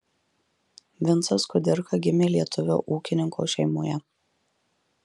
vincas kudirka gimė lietuvio ūkininko šeimoje